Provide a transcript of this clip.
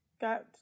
got